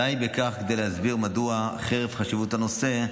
די בכך כדי להסביר מדוע חרף חשיבות הנושא,